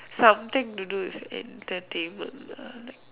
something to do with entertainment lah like